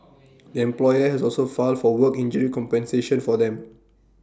the employer has also filed for work injury compensation for them